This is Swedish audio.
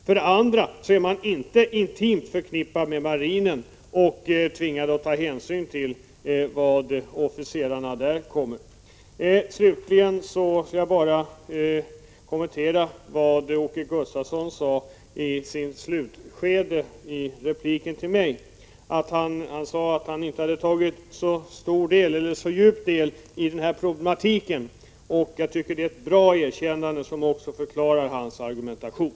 För det andra är man inte intimt förknippad med marinen och tvingad att ta hänsyn till dess officerare. Åke Gustavsson sade i slutet av sin replik till mig att han inte så noga hade satt sig in i den här problematiken. Jag tycker det är ett bra erkännande, som också förklarar hans argumentation.